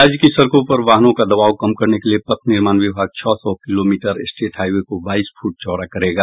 राज्य की सड़कों पर वाहनों का दबाव कम करने के लिये पथ निर्माण विभाग छह सौ किलोमीटर स्टेट हाईवे को बाईस फूट चौड़ा करेगा